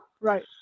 Right